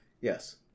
Yes